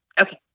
Okay